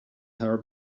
her